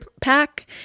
pack